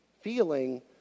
feeling